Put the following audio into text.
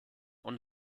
und